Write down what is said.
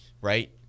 right